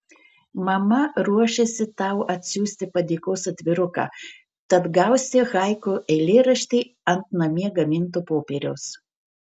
mama ruošiasi tau atsiųsti padėkos atviruką tad gausi haiku eilėraštį ant namie gaminto popieriaus